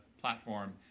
platform